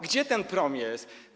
Gdzie ten prom jest?